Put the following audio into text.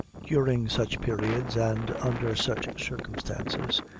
during such periods, and under such circumstances,